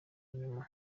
nyuma